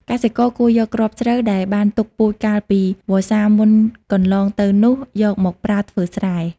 កសិករគួរយកគ្រាប់ស្រូបដែលបានទុកពូជកាលពីវស្សាមុនកន្លងទៅនោះយកមកប្រើធ្វើស្រែ។